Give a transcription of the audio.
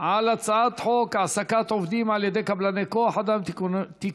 על הצעת חוק העסקת עובדים על ידי קבלני כוח אדם (תיקון,